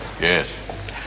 Yes